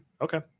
Okay